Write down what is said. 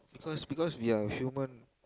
because because we are human